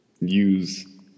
use